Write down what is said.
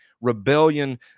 rebellion